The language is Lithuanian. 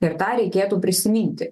ir tą reikėtų prisiminti